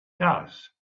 does